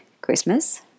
Christmas